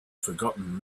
forgotten